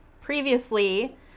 previously